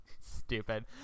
Stupid